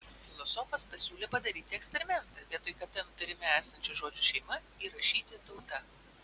filosofas pasiūlė padaryti eksperimentą vietoj kt nutarime esančio žodžio šeima įrašyti tauta